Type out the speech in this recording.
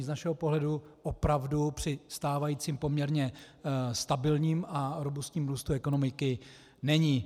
Z našeho pohledu opravdu při stávajícím poměrně stabilním a robustním růstu ekonomiky není.